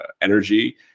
energy